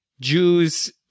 Jews